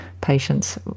patients